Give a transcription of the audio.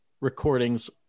recordings